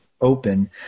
open